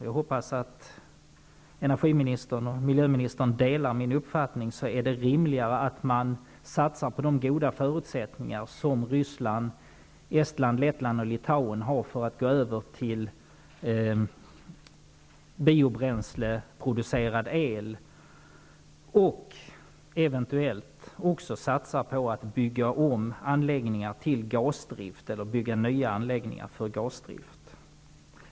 Jag hoppas att miljöministern delar min uppfattning att det vore rimligare att satsa på de goda förutsättningar som Ryssland, Estland, Lettland och Litauen har för att de skall kunna gå över till biobränsleproducerad el samt eventuellt också satsa på att bygga om befintliga anläggningar eller bygga nya för gasdrift.